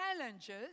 challenges